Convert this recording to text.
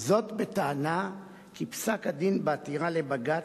זאת בטענה כי פסק-הדין בעתירה לבג"ץ,